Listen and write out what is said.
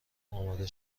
اماده